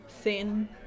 thin